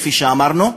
כפי שאמרנו.